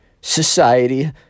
society